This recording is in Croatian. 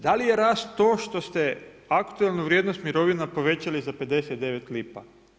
Da li je rast to što ste aktualnu vrijednost mirovina povećali za 59 lipa?